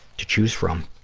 to choose from.